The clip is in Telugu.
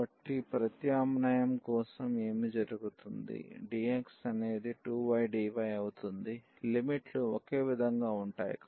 కాబట్టి ప్రత్యామ్నాయం కోసం ఏమి జరుగుతుంది dxఅనేది 2y dy అవుతుంది లిమిట్ లు ఒకే విధంగా ఉంటాయి